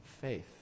faith